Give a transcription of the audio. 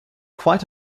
quite